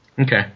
Okay